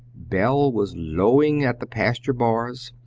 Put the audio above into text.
bel was lowing at the pasture bars,